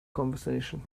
conversation